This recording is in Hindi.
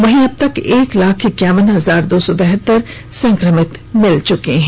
वहीं अबतक एक लाख इक्याबन हजार दो सौ बहतर संक्रमित मिले चुके हैं